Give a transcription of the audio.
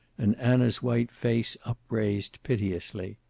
and anna's white face upraised piteously.